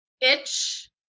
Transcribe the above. Itch